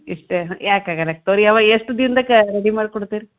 ಇಷ್ಟೇ ಹಾ ಯಾಕೆ ಆಗೋಲ್ಲ ಕರಿಯವ್ವ ಎಷ್ಟು ದಿನ್ದಾಗ ಕ ರೆಡಿ ಮಾಡ್ಕೊಡ್ತೀರಿ